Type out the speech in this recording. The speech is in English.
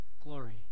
glory